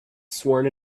sworn